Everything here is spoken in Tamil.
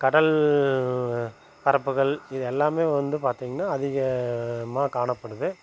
கடல் பரப்புகள் இது எல்லாமே வந்து பார்த்திங்கனா அதிகமாக காணப்படுது